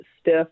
stiff